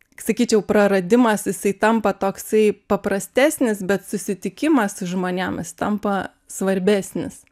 sakyčiau praradimas jisai tampa toksai paprastesnis bet susitikimas su žmonėm jis tampa svarbesnis